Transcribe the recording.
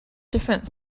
different